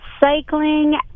Cycling